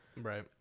Right